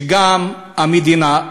שגם המדינה,